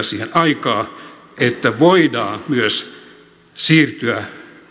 siihen aikaa että voidaan myös siirtyä